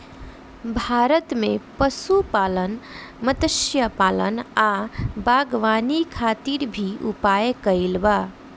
भारत में पशुपालन, मत्स्यपालन आ बागवानी खातिर भी उपाय कइल बा